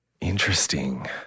Interesting